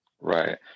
Right